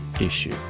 issue